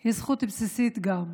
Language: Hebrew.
היא זכות בסיסית גם.